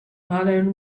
modern